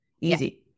Easy